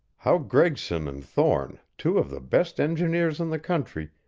how gregson and thorne, two of the best engineers in the country,